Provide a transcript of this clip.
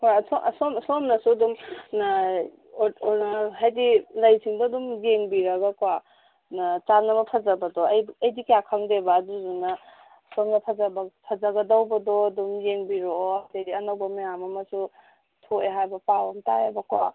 ꯍꯣꯏ ꯑꯁꯣꯝꯅꯁꯨ ꯑꯗꯨꯝ ꯍꯥꯏꯗꯤ ꯂꯩꯁꯤꯡꯗꯣ ꯑꯗꯨꯝ ꯌꯦꯡꯕꯤꯔꯒꯀꯣ ꯆꯥꯟꯅꯕ ꯐꯖꯕꯗꯣ ꯑꯩꯗꯤ ꯀꯌꯥ ꯈꯪꯗꯦꯕ ꯑꯗꯨꯗꯨꯅ ꯁꯣꯝꯕ ꯐꯖꯒꯗꯧꯕꯗꯣ ꯑꯗꯨꯝ ꯌꯦꯡꯕꯤꯔꯛꯑꯣ ꯑꯗꯩꯗꯤ ꯑꯅꯧꯕ ꯃꯌꯥꯝ ꯑꯃꯁꯨ ꯊꯣꯛꯑꯦ ꯍꯥꯏꯕ ꯄꯥꯎ ꯑꯃ ꯌꯥꯏꯌꯦꯕꯀꯣ